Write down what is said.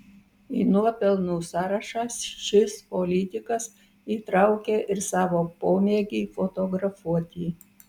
į nuopelnų sąrašą šis politikas įtraukė ir savo pomėgį fotografuoti